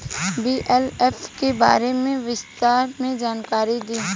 BLF के बारे में विस्तार से जानकारी दी?